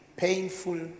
painful